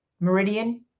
meridian